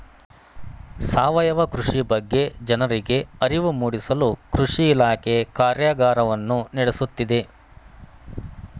ಸಾವಯವ ಕೃಷಿ ಬಗ್ಗೆ ಜನರಿಗೆ ಅರಿವು ಮೂಡಿಸಲು ಕೃಷಿ ಇಲಾಖೆ ಕಾರ್ಯಗಾರವನ್ನು ನಡೆಸುತ್ತಿದೆ